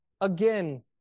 again